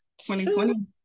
2020